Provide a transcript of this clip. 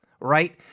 right